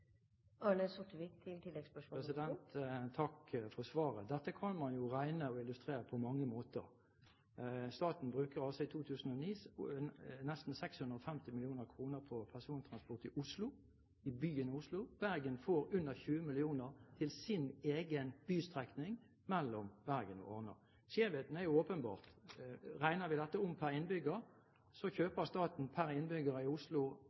for svaret. Dette kan man jo regne og illustrere på mange måter. Staten brukte i 2009 nesten 650 mill. kr på persontransport i byen Oslo. Bergen får under 20 mill. kr til sin egen bystrekning mellom Bergen og Arna. Skjevheten er jo åpenbar. Regner man dette om per innbygger, kjøper staten per innbygger i Oslo